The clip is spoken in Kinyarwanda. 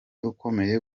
ukomeye